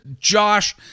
Josh